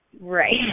Right